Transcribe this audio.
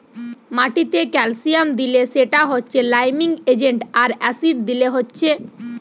মাটিতে ক্যালসিয়াম দিলে সেটা হচ্ছে লাইমিং এজেন্ট আর অ্যাসিড দিলে হচ্ছে